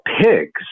Pigs